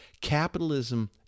Capitalism